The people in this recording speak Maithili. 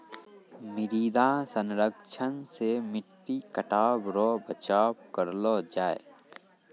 मृदा संरक्षण से मट्टी कटाव रो बचाव करलो जाय